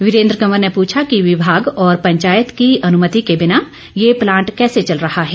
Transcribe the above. वीरेन्द्र कंवर ने पूछा कि विभाग और पंचायत की अनुमति के बिना ये प्लांट कैसे चल रहा है